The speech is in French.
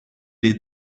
les